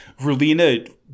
Rulina